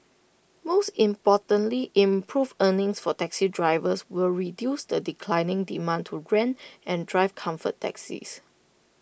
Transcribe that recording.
most importantly improved earnings for taxi drivers will reduce the declining demand to rent and drive comfort taxis